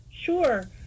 Sure